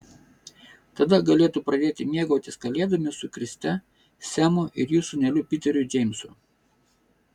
tada galėtų pradėti mėgautis kalėdomis su kriste semu ir jų sūneliu piteriu džeimsu